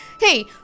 Hey